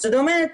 זאת אומרת,